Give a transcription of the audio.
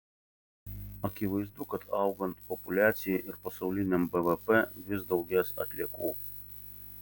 akivaizdu kad augant populiacijai ir pasauliniam bvp vis daugės atliekų